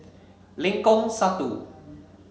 Lengkong Satu